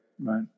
Right